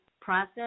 process